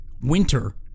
Winter